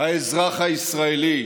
האזרח הישראלי.